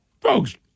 Folks